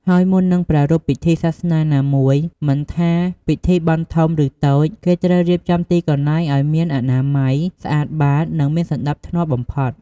ហើយមុននឹងប្រារព្ធពិធីសាសនាណាមួយ មិនថាពិធីបុណ្យធំ ឬតូច គេត្រូវរៀបចំទីកន្លែងឲ្យមានអនាម័យ ស្អាតបាត និងមានសណ្ដាប់ធ្នាប់បំផុត។